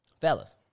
Fellas